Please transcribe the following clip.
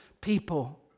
people